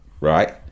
right